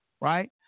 right